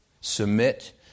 Submit